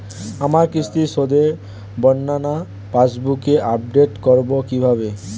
আমার কিস্তি শোধে বর্ণনা পাসবুক আপডেট করব কিভাবে?